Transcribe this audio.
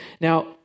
Now